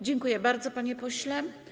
Dziękuję bardzo, panie pośle.